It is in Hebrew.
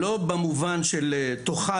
לא במובן של 'תאכל,